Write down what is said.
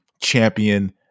champion